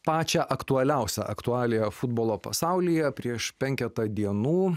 pačią aktualiausią aktualiją futbolo pasaulyje prieš penketą dienų